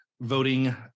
voting